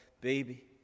baby